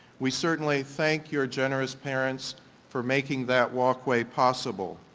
we certainly thank your generous parents for making that walkway possible.